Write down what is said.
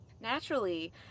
Naturally